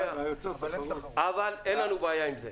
100. אין לנו בעיה עם זה,